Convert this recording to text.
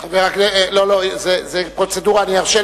אני רוצה